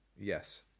Yes